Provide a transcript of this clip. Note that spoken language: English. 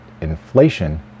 inflation